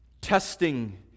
Testing